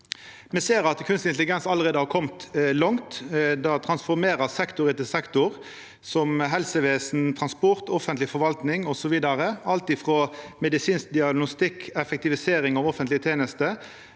Me ser at kunstig intelligens allereie har kome langt. Det transformerer sektor etter sektor, som helsevesen, transport, offentleg forvalting og så vidare. Det er alt frå medisinsk diagnostikk til effektivisering av offentlege tenester,